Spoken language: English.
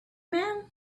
man